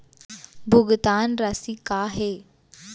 भुगतान राशि का हे?